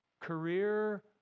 career